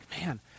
man